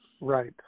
Right